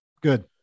Good